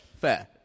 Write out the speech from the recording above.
fair